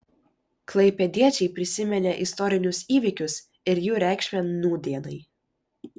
klaipėdiečiai prisiminė istorinius įvykius ir jų reikšmę nūdienai